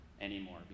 anymore